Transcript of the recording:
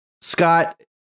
Scott